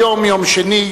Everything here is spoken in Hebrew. היום יום שני,